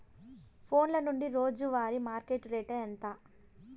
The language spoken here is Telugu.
ఫోన్ల నుండి రోజు వారి మార్కెట్ రేటు ఎంత?